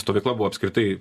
stovykla buvo apskritai